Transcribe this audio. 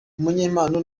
umunyempano